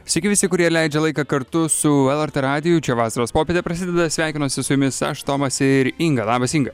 sveiki visi kurie leidžia laiką kartu su lrt radiju čia vasaros popietė prasideda sveikinuosi su jumis aš tomas ir inga labas inga